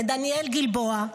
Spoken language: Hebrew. לדניאלה גלבוע,